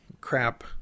crap